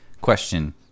question